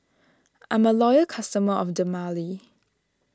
I'm a loyal customer of Dermale